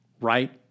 right